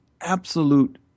absolute